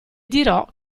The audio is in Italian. dirò